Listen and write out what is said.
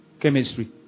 Chemistry